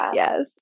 yes